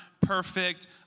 perfect